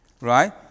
right